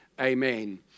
amen